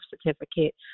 certificate